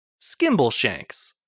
Skimbleshanks